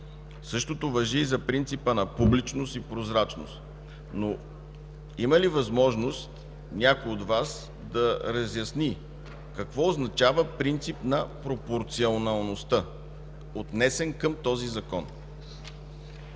Същото важи и за принципа на публичност и прозрачност. Но има ли възможност някой от Вас да разясни какво означава „принцип на пропорционалността”, отнесен към този Закон?